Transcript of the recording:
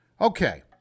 Okay